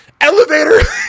elevator